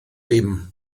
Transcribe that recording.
dim